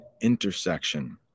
intersection